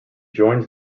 joins